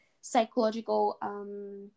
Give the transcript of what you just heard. psychological